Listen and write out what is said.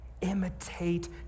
Imitate